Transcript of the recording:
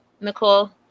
Nicole